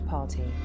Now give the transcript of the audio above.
Party